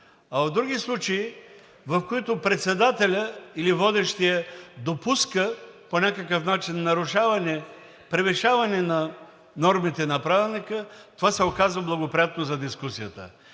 а в други случаи, в които председателят или водещият допуска по някакъв начин нарушаване, превишаване на нормите на Правилника, това се оказва благоприятно за дискусията.